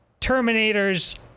Terminators